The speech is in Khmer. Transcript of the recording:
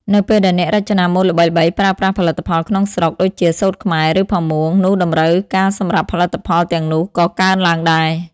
នៅពេលដែលអ្នករចនាម៉ូដល្បីៗប្រើប្រាស់ផលិតផលក្នុងស្រុក ដូចជា សូត្រខ្មែរ ឬ ផាមួង នោះតម្រូវការសម្រាប់ផលិតផលទាំងនោះក៏កើនឡើងដែរ។